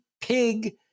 pig